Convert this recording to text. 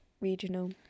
regional